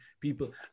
people